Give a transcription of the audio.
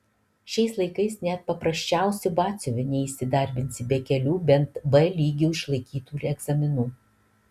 šiais laikais net paprasčiausiu batsiuviu neįsidarbinsi be kelių bent b lygiu išlaikytų egzaminų